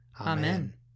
Amen